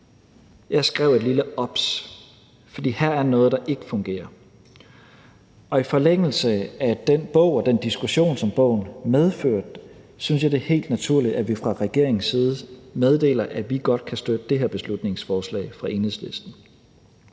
Jeg skrev et lille »obs.« For her er noget, der ikke fungerer. I forlængelse af den bog og den diskussion, som bogen medførte, synes jeg, det er helt naturligt, at vi fra regeringens side meddeler, at vi godt kan støtte det her beslutningsforslag fra Enhedslisten.